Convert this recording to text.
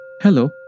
Hello